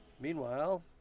Meanwhile